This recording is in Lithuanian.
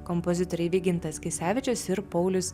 kompozitoriai vygintas kisevičius ir paulius